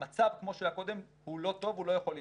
המצב כמו שהיה קודם הוא לא טוב והוא לא יכול להימשך.